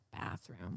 bathroom